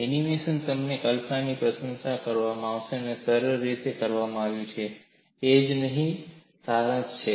અને આ એનિમેશન તમને કલ્પના પ્રશંસા આપવા માટે સરસ રીતે કરવામાં આવ્યું છે અને તે જ અહીં સારાંશ છે